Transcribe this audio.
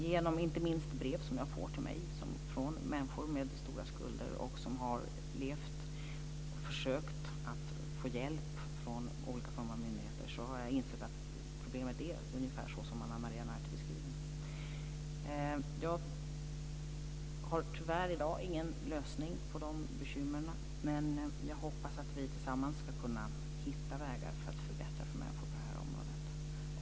Genom inte minst brev jag får till mig från människor med stora skulder som har försökt att få hjälp från olika myndigheter har jag insett att problemet är ungefär så som Ana Maria Narti beskriver. Jag har tyvärr i dag ingen lösning på de bekymren. Men jag hoppas att vi tillsammans ska kunna hitta vägar för att förbättra för människor på detta område.